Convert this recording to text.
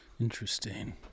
Interesting